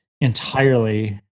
entirely